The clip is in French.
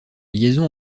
liaisons